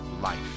life